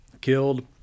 killed